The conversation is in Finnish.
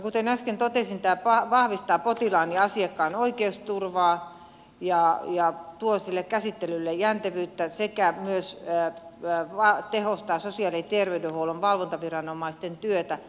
kuten äsken totesin tämä vahvistaa potilaan ja asiakkaan oikeusturvaa ja tuo sille käsittelylle jäntevyyttä sekä myös tehostaa sosiaali ja ter veydenhuollon valvontaviranomaisten työtä